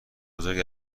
بزرگی